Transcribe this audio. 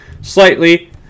slightly